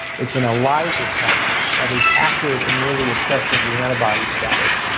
it's an elisa test that is accurate in really assessing the antibody status,